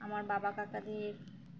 আমার বাবা কাকাদের